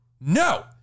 no